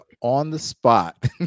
on-the-spot